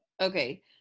Okay